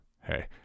hey